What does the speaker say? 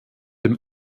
dem